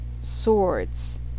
swords